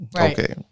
okay